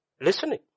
listening